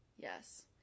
Yes